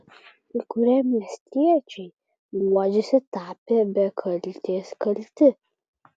kai kurie miestiečiai guodžiasi tapę be kaltės kalti